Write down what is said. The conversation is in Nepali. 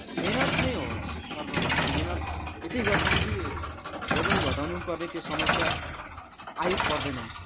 मिहिनेत नै हो सर्बप्रथम त मिहिनेत यत्ति गर्छन् कि वजन घटाउनुपर्ने त्यो समस्या आइपर्दैन